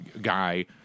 guy